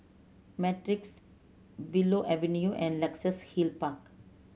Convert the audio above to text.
Matrix Willow Avenue and Luxus Hill Park